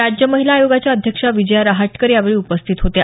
राज्य महिला आयोगाच्या अध्यक्षा विजया रहाटकर यावेळी उपस्थित होत्या